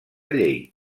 llei